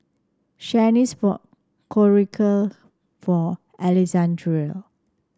Shanice bought Korokke for Alexandrea